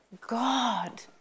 God